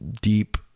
Deep